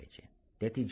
તેથી જો j